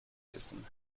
system